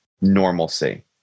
normalcy